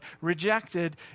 rejected